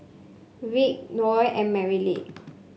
Rick Noel and Merritt